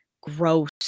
gross